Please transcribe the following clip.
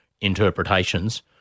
interpretations